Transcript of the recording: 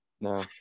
No